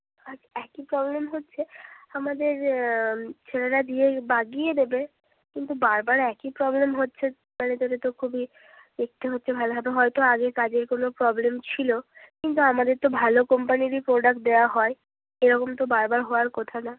আচ্ছা একই প্রবলেম হচ্ছে আমাদের ছেলেরা গিয়ে বাগিয়ে দেবে কিন্তু বারবার একই প্রবলেম হচ্ছে তাহলে এটা তো খুবই দেখতে হচ্ছে ভালোভাবে হয়তো আগে কাজের কোনো প্রবলেম ছিল কিন্তু আমাদের তো ভালো কোম্পানিরই প্রোডাক্ট দেওয়া হয় এরকম তো বারবার হওয়ার কথা না